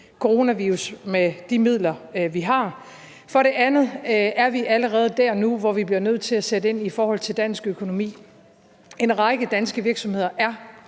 med de midler, vi har. For det andet er vi allerede der nu, hvor vi bliver nødt til at sætte ind i forhold til dansk økonomi. En række danske virksomheder er